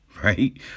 right